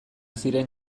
ziren